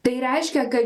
tai reiškia kad